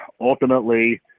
ultimately